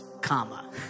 comma